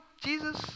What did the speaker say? Jesus